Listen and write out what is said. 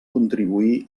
contribuir